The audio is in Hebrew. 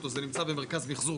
אבל,